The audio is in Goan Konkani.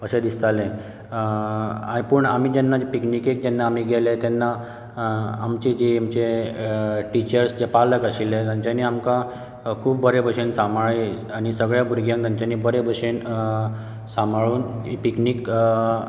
अशें दिसतालें पूण आमी जेन्ना पिकनिकेक जेन्ना आमी गेले तेन्ना आमची जीं म्हणजे टिचर्स जे पालक आशिल्ले तांच्यानी आमकां खूब बरे भशेन सांभाळलें आनी सगळ्या भुरग्यांक तांच्यानी बरे भशेन सांभाळून पिकनीक